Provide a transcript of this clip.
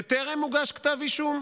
וטרם הוגש כתב אישום.